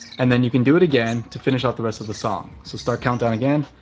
and then you can do it again to finish off the rest of the song. so start countdown again.